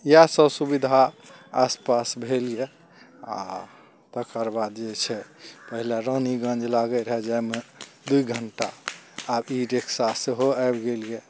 इएह सब सुविधा आसपास भेल यऽ आओर तकर बाद जे छै पहिले रानी गञ्ज लागय रहय जाइमे दू घण्टा आब ई रिक्शा सेहो आबि गेल यऽ